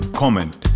comment